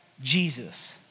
Jesus